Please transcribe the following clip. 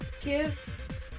give